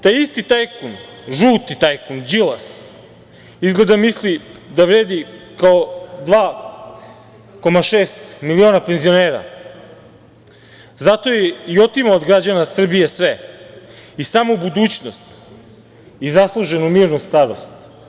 Taj isti tajkun, žuti tajkun Đilas, izgleda misli, da vredi kao 2,6 miliona penzionera, zato je i otimao od građana Srbije sve, i samu budućnost, i zasluženu mirnu starost.